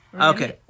Okay